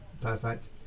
perfect